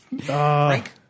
Frank